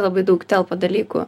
labai daug telpa dalykų